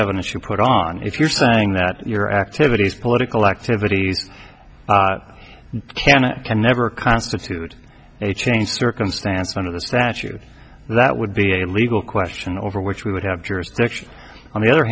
evidence you put on if you're saying that your activities political activities can and can never constitute a change circumstance under the statute that would be a legal question over which we would have